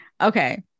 Okay